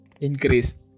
increase